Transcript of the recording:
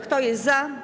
Kto jest za?